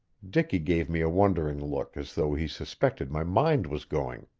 dicky gave me a wondering look as though he suspected my mind was going.